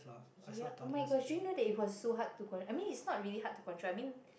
ya oh-my-gosh do you know that it was so hard to con~ I mean it's not really hard to control I mean